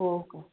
हो का